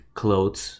clothes